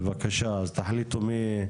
בבקשה, אז תחליטו מי.